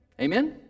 Amen